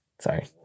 sorry